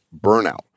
burnout